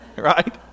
right